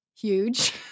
huge